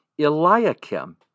eliakim